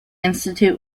institute